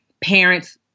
parents